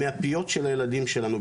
מהפיות של הילדים שלנו.